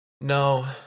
No